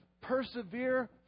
persevere